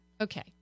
okay